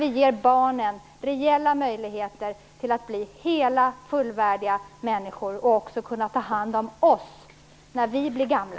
Vi ger dock barnen reella möjligheter att bli hela, fullvärdiga människor som också kan ta hand om oss när vi blir gamla.